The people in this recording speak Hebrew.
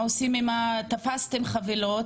תפסתם חבילות,